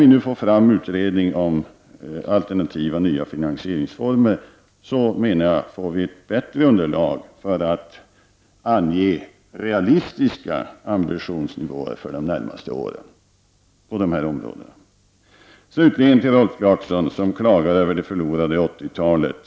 I och med utredningen om alternativa nya finansieringsformer får vi, menar jag, ett bättre underlag när det gäller att ange realistiska ambitionsnivåer för de närmaste åren på de här områdena. Slutligen vänder jag mig till Rolf Clarkson, som klagar över det förlorade 80-talet.